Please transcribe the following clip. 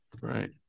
Right